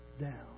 down